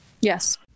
Yes